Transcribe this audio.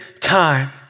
time